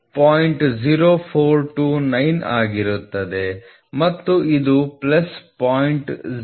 0429 ಆಗಿರುತ್ತದೆ ಮತ್ತು ಇದು ಪ್ಲಸ್ 0